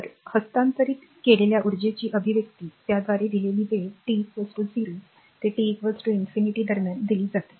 तर हस्तांतरित केलेल्या ऊर्जेची अभिव्यक्ती त्याद्वारे दिलेली वेळ t 0 ते t अनंत दरम्यान दिली जाते